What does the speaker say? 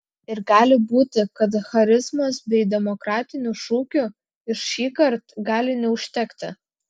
ir gali būti kad charizmos bei demokratinių šūkių šįkart gali neužtekti